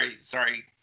Sorry